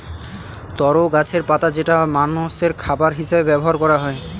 তরো গাছের পাতা যেটা মানষের খাবার হিসেবে ব্যবহার করা হয়